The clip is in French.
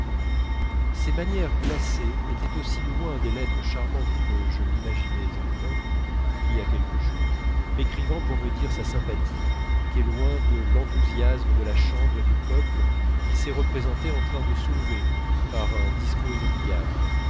ces manières glacées étaient aussi loin des lettres charmantes que je l'imaginais encore il y a quelques jours m'écrivant pour me dire sa sympathie qu'est loin de l'enthousiasme de la chambre et du peuple qu'il s'est représenté en train de soulever par un discours inoubliable